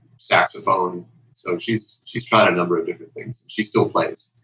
saxophone so she's she's trying a number of different things, she still plays.